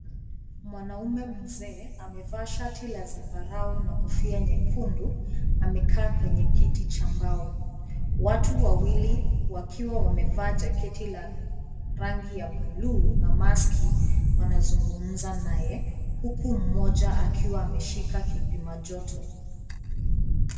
Mwanaume Mzee amevaa shati la zambarau na kofia nyekundu, amekaa kwenye kiti cha mbao. Watu wawili wakiwa wamevaa jaketi la rangi ya buluu na maski , wanazungumza naye, huku mmoja akiwa ameshika kipimajoto.